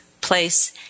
place